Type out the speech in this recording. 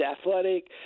athletic